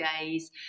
days